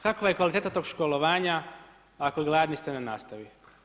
Kakva je kvaliteta tog školovanja, ako gladni ste na nastavi?